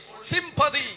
sympathy